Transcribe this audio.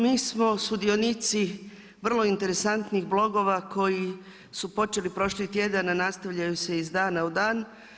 Mi smo sudionici vrlo interesantnih blogova koji su počeli prošli tjedan a nastavljaju se iz dana u dan.